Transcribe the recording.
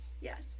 Yes